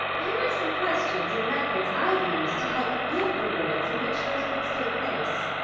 here are some questions and methods i've used to help build the worlds in which those books take place.